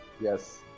Yes